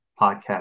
podcast